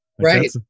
right